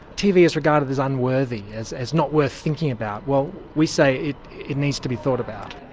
tv is regraded as unworthy, as as not worth thinking about. well, we say it needs to be thought about.